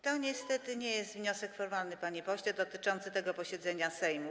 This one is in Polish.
To niestety nie jest wniosek formalny, panie pośle, dotyczący tego posiedzenia Sejmu.